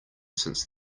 since